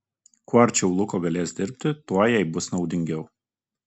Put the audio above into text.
kuo arčiau luko galės dirbti tuo jai bus naudingiau